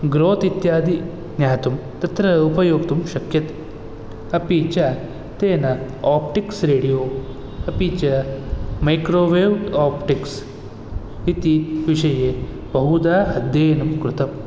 growth इत्यादि ज्ञातुं तत्र उपयोक्तुं शक्यते अपि च तेन आप्टिक्स् रेडियो अपि च मैक्रोवेव् आप्टिक्स् इति विषये बहुधा अध्ययनं कृतं